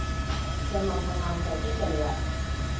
तो हम अपना काम करके चले आते हैं